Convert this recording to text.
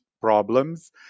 problems